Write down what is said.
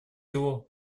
его